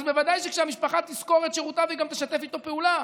ובוודאי שכשהמשפחה תשכור את שירותיו היא גם תשתף איתו פעולה.